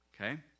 Okay